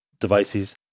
devices